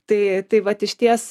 tai tai vat išties